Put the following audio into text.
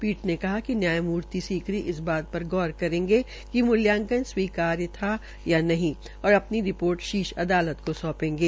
पीठ ने कहा कि न्यायमूर्ति सीकरी इस बार पर गौर करेंगे कि मुल्यांकन स्वीकार्य था या नहीं और अपनी रिपोर्ट शीर्ष अदालत को सौंपेगे